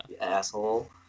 asshole